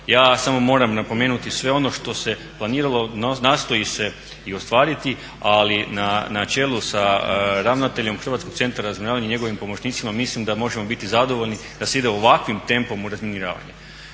Ja samo moram napomenuti, sve ono što se planiralo nastoji se i ostvariti, ali na čelu sa ravnateljem Hrvatskog centra za razminiranje i njegovim pomoćnicima mislim da možemo biti zadovoljni da se ide ovakvim tempom u razminiravanje.